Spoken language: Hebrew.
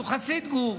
הוא חסיד גור,